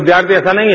विद्यार्थी ऐसा नहीं है